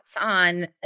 on